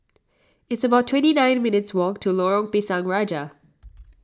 it's about twenty nine minutes' walk to Lorong Pisang Raja